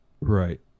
Right